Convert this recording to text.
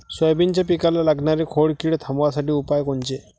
सोयाबीनच्या पिकाले लागनारी खोड किड थांबवासाठी उपाय कोनचे?